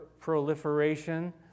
proliferation